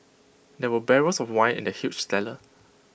there were barrels of wine in the huge cellar